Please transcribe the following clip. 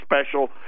special